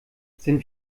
sind